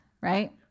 right